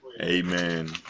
amen